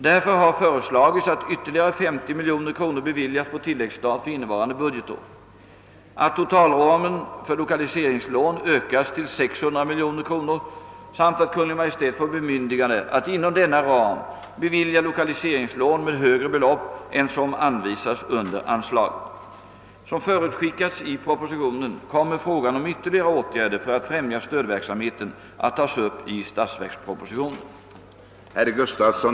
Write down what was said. Därför har föreslagits att ytterligare 50 miljoner kronor beviljas på tilläggsstat för innevarande budgetår, att totalramen för lokaliseringslån ökas till 600 miljoner kronor samt att Kungl. Maj:t får bemyndigande att inom denna ram bevilja lokaliseringslån med högre belopp än som anvisats under anslaget. Som förutskickats i propositionen kommer frågan om ytterligare åtgärder för att främja stödverksamheten att tas upp i statsverkpropositionen.